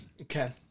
Okay